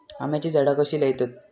आम्याची झाडा कशी लयतत?